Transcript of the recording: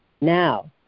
now